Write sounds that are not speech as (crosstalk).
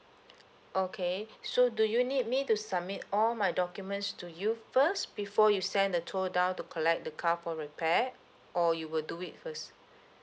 okay (breath) so do you need me to submit all my documents to you first before you send the tow down to collect the car for repair or you will do it first